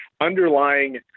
underlying